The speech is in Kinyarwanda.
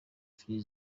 free